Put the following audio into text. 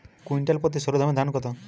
Quintal প্রতি সরুধানের দাম কত?